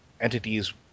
entities